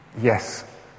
yes